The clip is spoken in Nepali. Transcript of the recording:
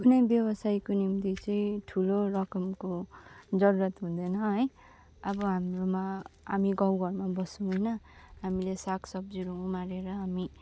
कुनै व्यवसायको निम्ति चाहिँ ठुलो रकमको जरूरत हुँदैन है अब हाम्रोमा हामी गाउँ घरमा बस्छौँ होइन हामीले साग सब्जीहरू उमारेर हामी